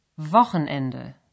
Wochenende